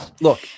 Look